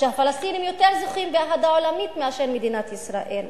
שהפלסטינים יותר זוכים באהדה עולמית יותר מאשר מדינת ישראל.